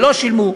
ולא שילמו,